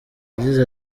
yagize